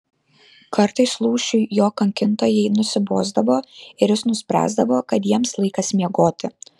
kartais lūšiui jo kankintojai nusibosdavo ir jis nuspręsdavo kad jiems laikas miegoti